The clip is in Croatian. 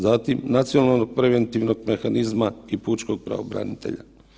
Zatim nacionalnog preventivnog mehanizma i pučkog pravobranitelja.